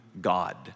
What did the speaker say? God